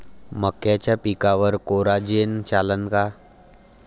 मक्याच्या पिकावर कोराजेन चालन का?